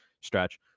stretch